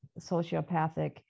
sociopathic